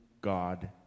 god